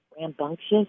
rambunctious